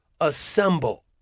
assemble